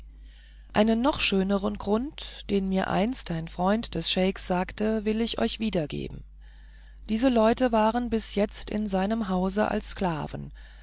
einen noch schöneren grund den mir einst ein freund des scheik sagte will ich euch wiedergeben diese leute waren bis jetzt in seinem hause als sklaven